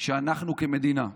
שאנחנו כמדינה,